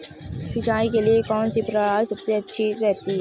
सिंचाई के लिए कौनसी प्रणाली सबसे अच्छी रहती है?